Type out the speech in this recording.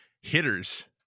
hitters